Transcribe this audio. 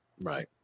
Right